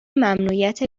ممنوعیت